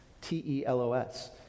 T-E-L-O-S